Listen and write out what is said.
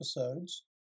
episodes